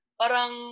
parang